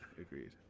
agreed